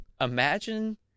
Imagine